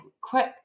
quick